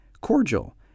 cordial